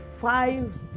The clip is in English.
five